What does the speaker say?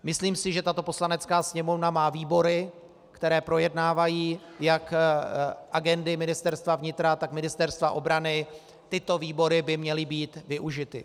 Myslím si, že tato Poslanecká sněmovna má výbory, které projednávají jak agendy Ministerstva vnitra, tak Ministerstva obrany, tyto výbory by měly být využity.